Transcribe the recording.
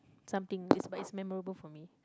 some thing but it's memorable for me